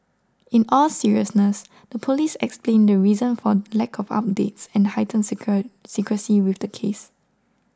in all seriousness the police explained the reason for lack of updates and heightened secrecy with the case